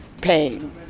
pain